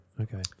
okay